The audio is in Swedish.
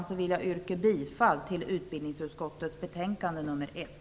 Däremot vill jag yrka bifall till hemställan i utbildningsutskottets betänkande nr 1.